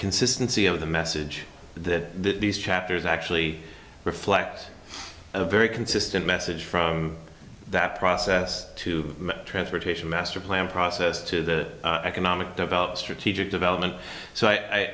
consistency of the message that these chapters actually reflect a very consistent message from that process to transportation master plan process to the economic develop strategic development so i